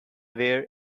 where